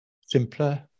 simpler